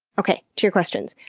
okay. to your questions.